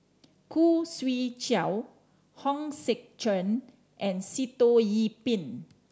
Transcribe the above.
Khoo Swee Chiow Hong Sek Chern and Sitoh Yih Pin